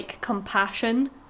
compassion